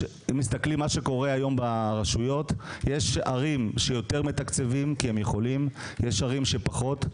אבל ברשויות יש ערים שיותר מתקצבות כי הן יכולות ויש ערים שפחות,